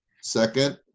Second